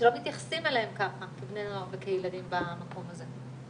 שלא מתייחסים אליהם כבני נוער וכילדים במקום הזה.